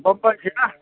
बम्बइ कोना